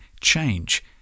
change